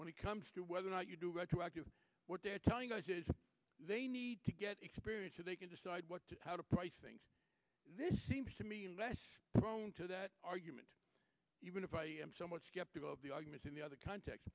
when it comes to whether or not you do retroactive what they're telling us is they need to get experience so they can decide what to how to price things this seems to be prone to that argument even if i am somewhat skeptical of the arguments in the other cont